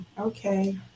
okay